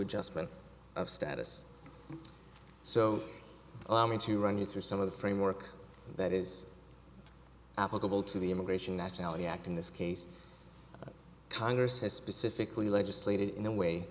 adjustment of status so allow me to run you through some of the framework that is applicable to the immigration nationality act in this case congress has specifically legislated in a way